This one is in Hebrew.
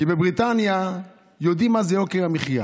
כי בבריטניה יודעים מה זה יוקר המחיה,